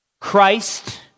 Christ